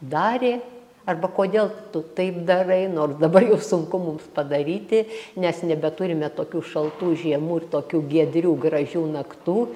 darė arba kodėl tu taip darai nors dabar jau sunku mums padaryti nes nebeturime tokių šaltų žiemų ir tokių giedrių gražių naktų